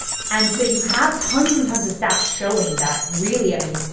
and so you have tons and tons of stats showing that, really i mean,